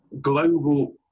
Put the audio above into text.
global